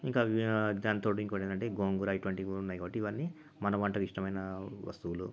ఇంకా వీ దానికి తోడు ఇంకోకటి ఏంటంటే గోంగూర ఇటువంటివి కూడా ఉన్నాయి కాబట్టి ఇవన్నీ మన వంటకు ఇష్టమైన వస్తువులు